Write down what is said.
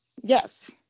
Yes